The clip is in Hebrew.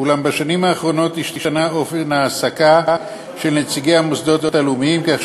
אולם בשנים האחרונות השתנה אופן ההעסקה של נציגי המוסדות הלאומיים כך